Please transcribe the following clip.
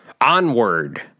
Onward